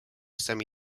semi